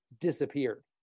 disappeared